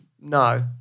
No